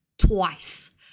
twice